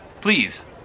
Please